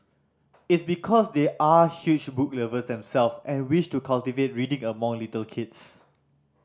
it's because they are huge book lovers themself and wish to cultivate reading among little kids